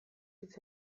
hitz